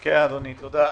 כן אדוני, תודה.